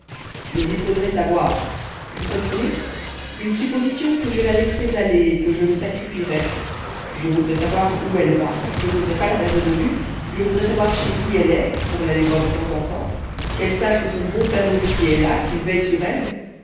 mais il faudrait savoir vous comprenez une supposition que je la laisserais aller et que je me sacrifierais je voudrais savoir où elle va je ne voudrais pas la perdre de vue je voudrais savoir chez qui elle est pour l'aller voir de temps en temps qu'elle sache que son bon père nourricier est là qu'il veille sur elle